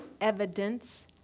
evidence